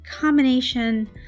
combination